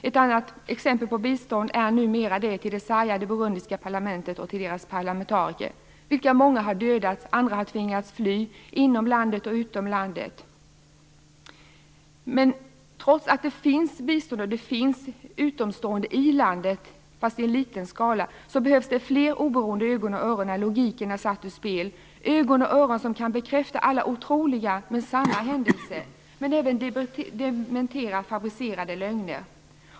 Ett annat exempel på bistånd är det som går till det numera sargade burundiska parlamentet och dess parlamentariker, varav många har dödats och andra har tvingats fly inom och utom landet. Trots att det finns bistånd och att det, fast i liten skala, finns utomstående som befinner sig i landet behövs det fler oberoende ögon och öron när logiken är satt ur spel, ögon och öron som kan bekräfta alla otroliga men sanna händelser men även dementera fabricerade lögner.